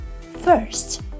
First